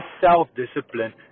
self-discipline